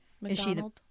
McDonald